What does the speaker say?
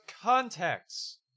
context